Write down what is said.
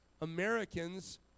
Americans